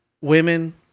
women